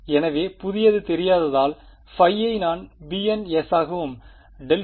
எனவே புதியது தெரியாததால் ϕ யை நான் bns ஆகவும் ∇ϕ